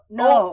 no